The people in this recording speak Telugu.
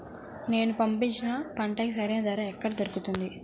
నేను పండించిన పంటకి సరైన ధర ఎక్కడ దొరుకుతుంది?